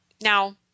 Now